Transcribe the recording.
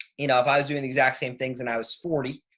you know, if i was doing the exact same things and i was forty,